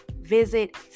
Visit